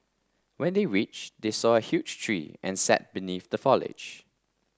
when they reached they saw a huge tree and sat beneath the foliage